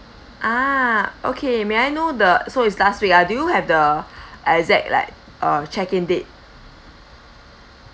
[ah]okay may I know the so is last week ah do have the exact like check in date